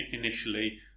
initially